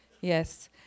yes